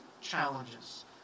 challenges